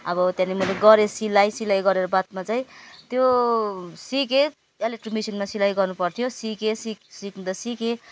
अब त्यहाँनेर गरे सिलाइ सिलाइ गरेर बादमा चाहिँ त्यो सिकेँ इलेक्ट्रिक मेसिनमा सिलाइ गर्नु पर्थ्यो सिकेँ सि सिक्दा सिकेँ